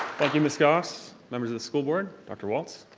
thank you ms. goss, numbers of the school board, dr. walts,